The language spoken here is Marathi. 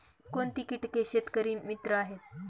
कोणती किटके शेतकरी मित्र आहेत?